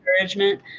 encouragement